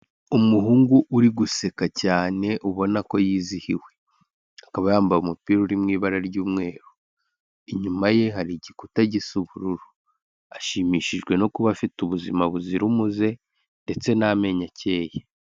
Umuhungu uri guseka cyane ubona ko yizihiwe akaba yambaye umupira uri mu ibara ry'umweru inyuma ye hari igikuta gisa n'ubururu ashimishijwe no kuba afite ubuzima buzira umuze ndetse n'amenyo akeye.